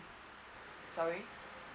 sorry